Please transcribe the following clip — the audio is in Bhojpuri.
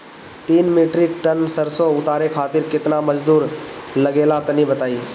तीन मीट्रिक टन सरसो उतारे खातिर केतना मजदूरी लगे ला तनि बताई?